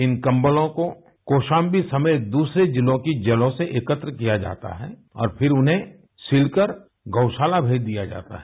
इन कम्बलों को कौशाम्बी समेत दूसरे जिलों की जेलों से एकत्र किया जाता है और फिर उन्हें सिलकर गौ शाला भेज दिया जाता है